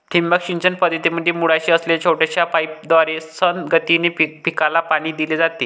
ठिबक सिंचन पद्धतीमध्ये मुळाशी असलेल्या छोट्या पाईपद्वारे संथ गतीने पिकाला पाणी दिले जाते